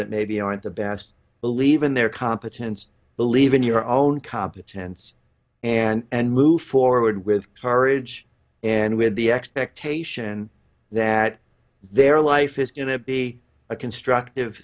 that maybe aren't the best believe in their competence believe in your own copy a chance and move forward with courage and with the expectation that their life is going to be a constructive